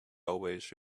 always